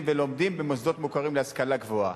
ולומדים במוסדות מוכרים להשכלה גבוהה.